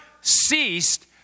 ceased